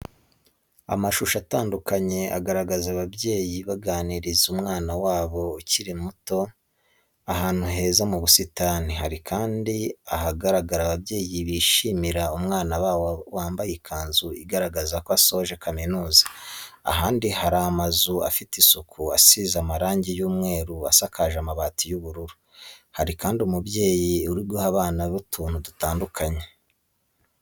Amashusho atandukanye agaragaza ababyeyi baganiriza umwana wabo ukiri muto ahantu heza mu busitani, hari kandi ahagaragara ababyeyi bishimira umwana wabo wambaye ikanzu igaragaza ko asoje kaminuza, ahandi hari amazu afite isuku asize amarangi y'umweru asakaje amabati y'ubururu, hari kandi n'umubyeyi uri guha abana be utuntu dutandukanye.